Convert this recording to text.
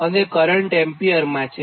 અને કરંટ એમ્પિયરમાં છે